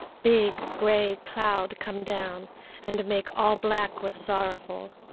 big gray cloud come down and make all black with sorrowful.